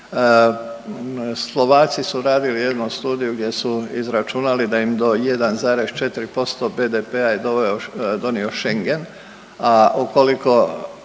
Slovaci su radili jednu studiju gdje su izračunali da im do 1,4% BDP-a je donio Schengen. A ukoliko